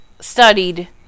studied